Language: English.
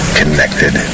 connected